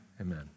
Amen